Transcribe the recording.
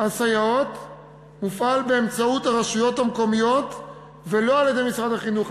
הסייעות היא באמצעות הרשויות המקומיות ולא על-ידי משרד החינוך.